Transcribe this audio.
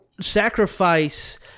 sacrifice